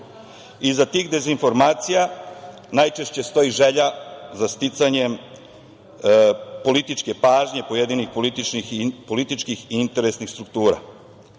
Iza tih dezinformacija najčešće stoji želja za sticanjem političke pažnje pojedinih političkih i interesnih struktura. Država